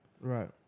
Right